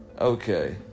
Okay